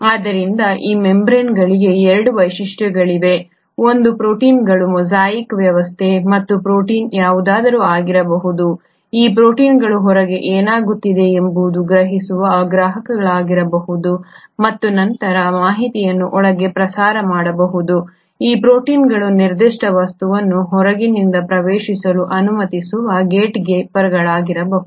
ಆದ್ದರಿಂದ ಈ ಮೆಂಬರೇನ್ಗಳಿಗೆ 2 ವೈಶಿಷ್ಟ್ಯಗಳಿವೆ ಒಂದು ಪ್ರೋಟೀನ್ಗಳ ಮೊಸಾಯಿಕ್ ವ್ಯವಸ್ಥೆ ಮತ್ತು ಈ ಪ್ರೋಟೀನ್ ಯಾವುದಾದರೂ ಆಗಿರಬಹುದು ಈ ಪ್ರೊಟೀನ್ಗಳು ಹೊರಗೆ ಏನಾಗುತ್ತಿದೆ ಎಂಬುದನ್ನು ಗ್ರಹಿಸುವ ಗ್ರಾಹಕಗಳಾಗಿರಬಹುದು ಮತ್ತು ನಂತರ ಮಾಹಿತಿಯನ್ನು ಒಳಗೆ ಪ್ರಸಾರ ಮಾಡಬಹುದು ಈ ಪ್ರೋಟೀನ್ಗಳು ನಿರ್ದಿಷ್ಟ ವಸ್ತುವನ್ನು ಹೊರಗಿನಿಂದ ಪ್ರವೇಶಿಸಲು ಅನುಮತಿಸುವ ಗೇಟ್ಕೀಪರ್ಗಳಾಗಿರಬಹುದು